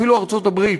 אפילו ארצות-הברית,